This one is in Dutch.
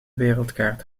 wereldkaart